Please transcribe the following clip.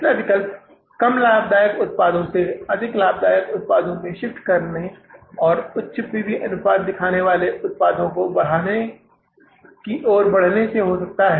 तीसरा विकल्प कम लाभदायक उत्पादों से अधिक लाभदायक उत्पादों में शिफ्ट करने और उच्च पी वी अनुपात दिखाने वाले उत्पादों की ओर बढ़ने से हो सकता है